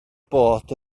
bod